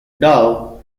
dove